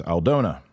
Aldona